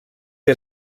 que